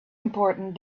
important